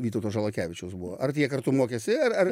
vytauto žalakevičiaus buvo ar jie kartu mokėsi ar ar